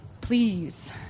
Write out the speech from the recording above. Please